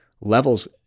levels